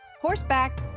horseback